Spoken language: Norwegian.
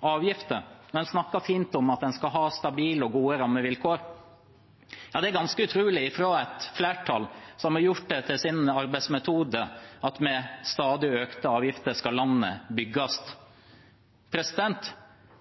avgifter: En snakker fint om at en skal ha stabile og gode rammevilkår. Ja, det er ganske utrolig, fra et flertall som har gjort det til sin arbeidsmetode at med stadig økte avgifter skal landet bygges.